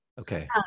Okay